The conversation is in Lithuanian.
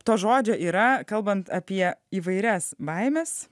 to žodžio yra kalbant apie įvairias baimes